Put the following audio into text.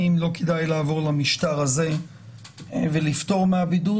האם לא כדאי לעבור למשטר הזה ולפטור מהבידוד.